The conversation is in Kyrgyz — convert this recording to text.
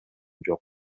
жок